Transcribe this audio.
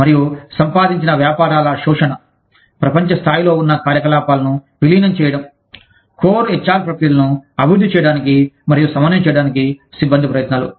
మరియు సంపాదించిన వ్యాపారాల శోషణ ప్రపంచ స్థాయిలో ఉన్న కార్యకలాపాలను విలీనం చేయడం కోర్ హెచ్ఆర్ ప్రక్రియలను అభివృద్ధి చేయడానికి మరియు సమన్వయం చేయడానికి సిబ్బంది ప్రయత్నాలు